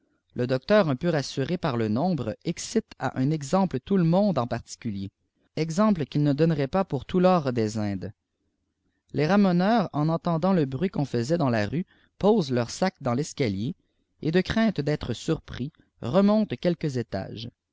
lé docteur un peu rassuré parle nombre excitfe à un exemple tout le monde en particulier exemple qu'il ne donnerait pas pour tout l'or des indes les ramoneurs en entendant le j ruit qu'on faisait dans la rue posent leur sac dans l'escalier et de crainte d'être surpris remontent elques étses